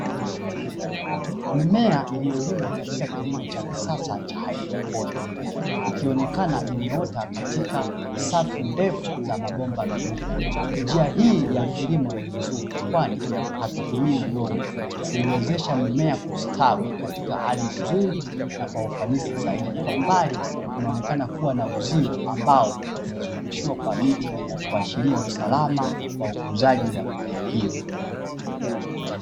Mimea liyolimwa katika kilimo cha kisasa cha hydroponi, ikionekana imeota katika safu ndefu za mabomba meupe. Njia hii ya kilimo ni nzuri kwani hakitumii udongo kuiwezesha mimea kustawi katika hali nzuri na kwa ufanisi zaidi, kwa mbali kunaonekana kuwa na uzio ambao umezungushiwa kwa miti kuashiria usalama wa ukuzaji wa mimea hiyo.